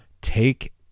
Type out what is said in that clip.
Take